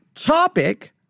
topic